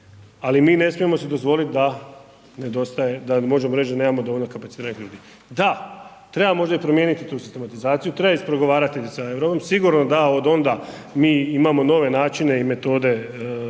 ali mi ne smijemo si dozvoliti da nedostaje, da možemo reći da nemamo dovoljno kapaciranih ljudi. Da, treba možda i promijeniti tu sistematizaciju, treba iz pregovarati sa …/nerazumljivo/… sigurno da od onda mi imamo nove načine i metode rada,